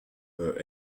her